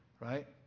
right